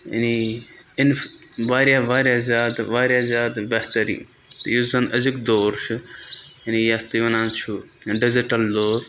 یعنی اِنف واریاہ واریاہ زیادٕ واریاہ زیادٕ بہتر یہِ یُس زَن أزیُک دور چھُ یعنی یَتھ تُہۍ وَنان چھُو ڈِجِٹَل دور